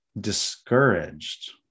discouraged